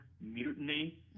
Mutiny